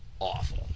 Awful